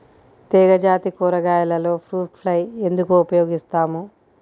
తీగజాతి కూరగాయలలో fruit fly ఎందుకు ఉపయోగిస్తాము?